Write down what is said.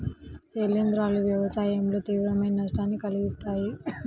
శిలీంధ్రాలు వ్యవసాయంలో తీవ్రమైన నష్టాన్ని కలిగిస్తాయి